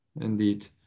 Indeed